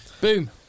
Boom